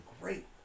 great